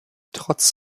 trotz